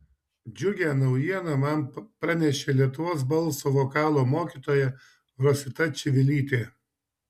džiugią naujieną man pranešė lietuvos balso vokalo mokytoja rosita čivilytė